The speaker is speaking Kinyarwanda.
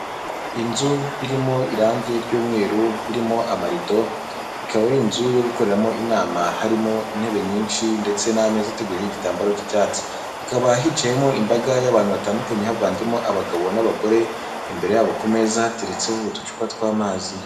Inzu irimo irangi ry'umweru, irimo amarido, ikaba ari inzu yo gukoreramo inama harimo intebe nyinshi ndetse n'ameza ateguyeho igitambaro cy'icyatsi. Hakaba hicayemo imbaga y'abantu batandukanye havanzemo abagabo n'abagore, imbere yabo ku meza hateretseho uducupa tw'amazi.